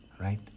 Right